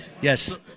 Yes